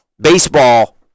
Baseball